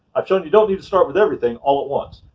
i've shown you don't need to start with everything all at once.